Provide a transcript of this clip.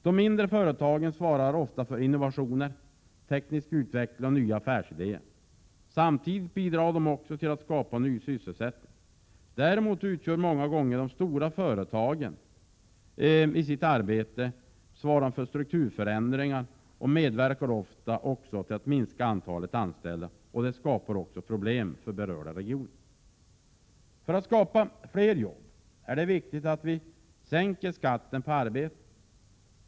De mindre företagen svarar ofta för innovationer, teknisk utveckling och nya affärsidéer. Samtidigt bidrar de till att skapa ny sysselsättning. De stora företagen däremot tvingas ofta genom strukturförändringar minska antalet anställda, vilket skapar problem för berörda regioner. För att skapa fler jobb är det viktigt att sänka skatten på arbete.